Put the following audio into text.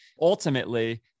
ultimately